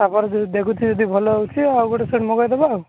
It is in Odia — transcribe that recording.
ତା ପରେ ଦେଖୁଛି ଯଦି ଭଲ ହେଉଛି ଆଉ ଗୋଟେ ସେଟ୍ ମଗେଇଦେବା ଆଉ